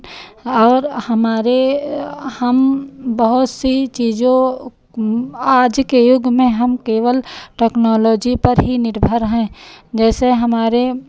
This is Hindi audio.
और हमारे हम बहुत सी चीज़ों आज के युग में हम केवल टेक्नोलॉजी पर ही निर्भर हैं जैसे हमारे